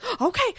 okay